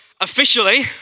officially